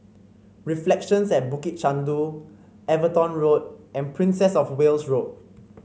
Reflections at Bukit Chandu Everton Road and Princess Of Wales Road